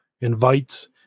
invites